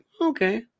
Okay